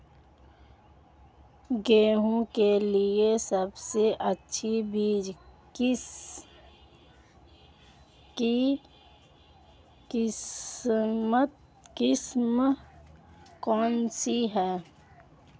गेहूँ के लिए सबसे अच्छी बीज की किस्म कौनसी है?